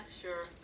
sure